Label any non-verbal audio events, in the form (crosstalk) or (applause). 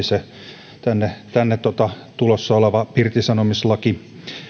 (unintelligible) se tänne tänne tulossa oleva irtisanomislaki